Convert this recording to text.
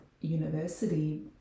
university